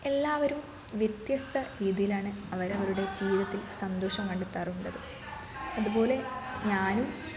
എല്ലാവരും വ്യത്യസ്ത രീതിയിലാണ് അവരവരുടെ ജീവിതത്തിൽ സന്തോഷം കണ്ടെത്താറുള്ളത് അതുപോലെ ഞാനും